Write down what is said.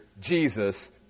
Jesus